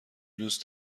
دوست